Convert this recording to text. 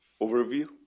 overview